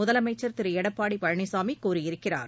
முதலமைச்சர் திரு எடப்பாடி பழனிசாமி கூறியிருக்கிறார்